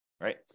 right